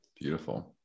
beautiful